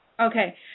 Okay